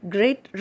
Great